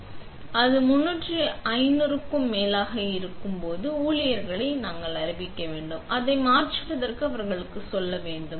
எனவே அது 3500 க்கும் மேலாக இருக்கும் போது ஊழியர்களை நாங்கள் அறிவிக்க வேண்டும் அதை மாற்றுவதற்கு அவர்களுக்கு சொல்ல வேண்டும்